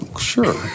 Sure